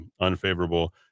unfavorable